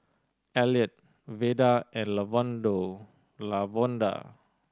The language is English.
Elliott Veda and Lavonda